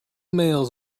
mails